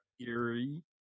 eerie